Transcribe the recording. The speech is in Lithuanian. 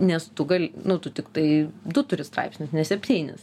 nes tu gal nu tu tiktai du turi straipsnis ne septynis